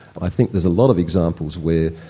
i think there's a lot of examples where.